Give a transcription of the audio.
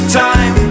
time